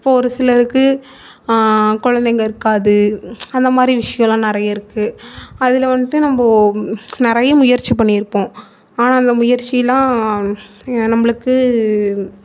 இப்போ ஒரு சிலருக்கு குழந்தைங்க இருக்காது அந்த மாதிரி விஷியலாம் நிறைய இருக்கு அதில் வந்துட்டு நம்போ நிறைய முயற்சி பண்ணியிருப்போம் ஆனால் அந்த முயற்சிலாம் ய நம்பளுக்கு